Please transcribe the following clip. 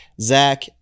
Zach